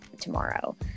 tomorrow